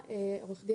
בתקנות?